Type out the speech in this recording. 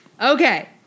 Okay